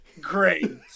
Great